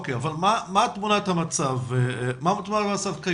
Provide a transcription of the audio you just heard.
אבל מה תמונת המצב כיום.